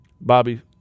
Bobby